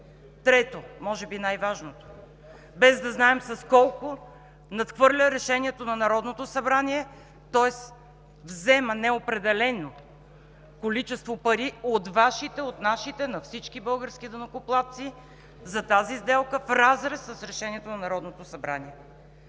Трето, може би най-важното, без да знаем с колко надхвърля решението на Народното събрание, тоест взема неопределено количество пари от Вашите, от нашите, на всички български данъкоплатци за тази сделка, в разрез с решението на Народното събрание.